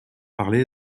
parler